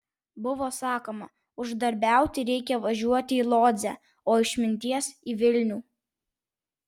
buvo sakoma uždarbiauti reikia važiuoti į lodzę o išminties į vilnių